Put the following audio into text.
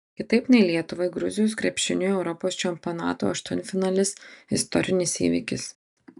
kitaip nei lietuvai gruzijos krepšiniui europos čempionato aštuntfinalis istorinis įvykis